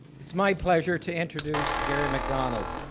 it's my pleasure to introduce gary macdonald.